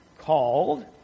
Called